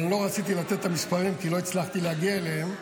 אבל לא רציתי לתת את המספרים כי לא הצלחתי להגיע אליהם,